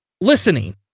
listening